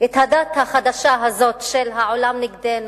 את הדת החדשה הזאת של "העולם נגדנו",